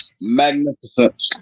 magnificent